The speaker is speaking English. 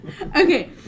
Okay